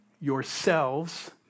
yourselves